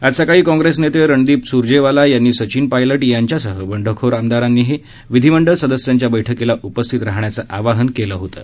आज सकाळी काँग्रेस नेते रणदिप स्रजेवाला यांनी सचिन पायलट यांच्यासह बंडखोर आमदारांनीही विधीमंडळ सदस्यांच्या बैठकीला उपस्थित राहण्याचं आवाहन केलं होतं